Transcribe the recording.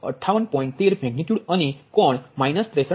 13 magnitude અને કોણ 63